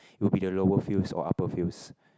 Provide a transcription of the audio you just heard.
it will be the lower fields or upper fields